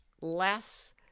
less